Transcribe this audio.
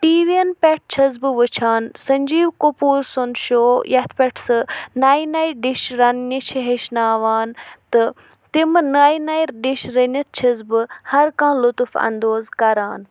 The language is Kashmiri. ٹی وی یَن پٮ۪ٹھ چھس بہٕ وٕچھان سٔنجیٖو کپوٗر سُنٛد شو یَتھ پٮ۪ٹھ سُہ نَیہِ نَیہِ ڈِش رَنٛنہِ چھِ ہیٚچھناوان تہٕ تِمہٕ نٔے نٔے ڈِش رٔنِتھ چھس بہٕ ہرکانٛہہ لطف اندوز کَران